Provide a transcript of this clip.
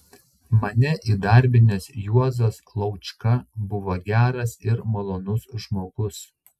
mane įdarbinęs juozas laučka buvo geras ir malonus žmogus